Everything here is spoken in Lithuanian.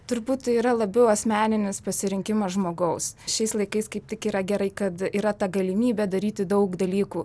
turbūt tai yra labiau asmeninis pasirinkimas žmogaus šiais laikais kaip tik yra gerai kad yra ta galimybė daryti daug dalykų